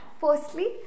Firstly